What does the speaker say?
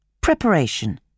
Preparation